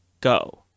go